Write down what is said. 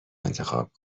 انتخاب